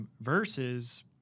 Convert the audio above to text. Versus